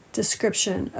description